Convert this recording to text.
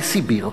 לסיביר.